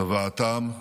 צוואתם,